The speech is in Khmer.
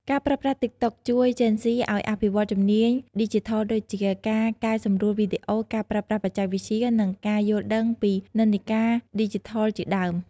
ការប្រើប្រាស់តិកតុកជួយជេនហ្ស៊ីឱ្យអភិវឌ្ឍជំនាញឌីជីថលដូចជា ការកែសម្រួលវីដេអូ ការប្រើប្រាស់បច្ចេកវិទ្យា និងការយល់ដឹងពីនិន្នាការឌីជីថលជាដើម។